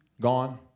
gone